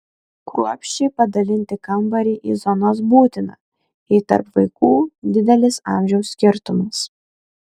kruopščiai padalinti kambarį į zonas būtina jei tarp vaikų didelis amžiaus skirtumas